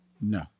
No